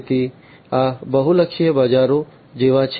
તેથી આ બહુપક્ષીય બજારો જેવા છે